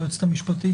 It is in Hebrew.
היועצת המשפטית,